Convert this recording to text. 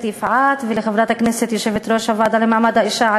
יפעת ולחברת הכנסת יושבת-ראש הוועדה למעמד האישה,